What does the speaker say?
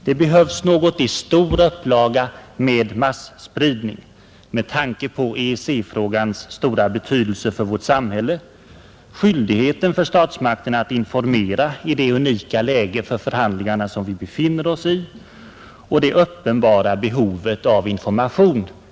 Det behövs nu insatser med en upplaga för masspridning — med tanke på EEC-frågans stora betydelse för vårt samhälle, skyldigheten för statsmakterna att informera i det unika läge för förhandlingarna som vi befinner oss i och det uppenbara behovet av information.